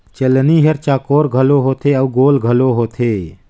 चलनी हर चउकोर घलो होथे अउ गोल घलो होथे